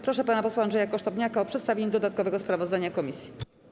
Proszę pana posła Andrzeja Kosztowniaka o przedstawienie dodatkowego sprawozdania komisji.